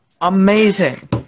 amazing